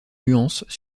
nuances